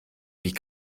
wie